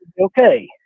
Okay